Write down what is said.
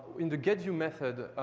in the get view method,